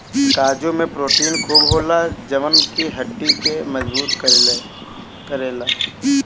काजू में प्रोटीन खूब होला जवन की हड्डी के मजबूत करेला